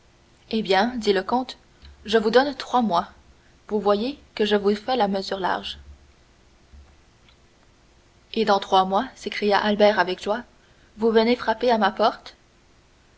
eh bien dit le comte je vous donne trois mois vous voyez que je vous fais la mesure large et dans trois mois s'écria albert avec joie vous venez frapper à ma porte